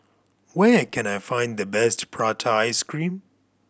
where can I find the best prata ice cream